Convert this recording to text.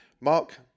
Mark